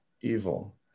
evil